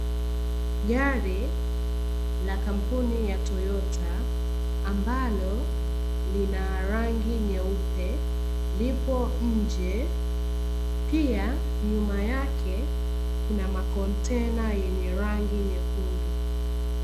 Gari la kampuni ya toyota ambalo lina rangi nyeupe, lipo nje pia nyuma ake kuna makontena yenye rangi nyekundu.